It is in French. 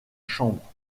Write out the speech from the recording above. chambre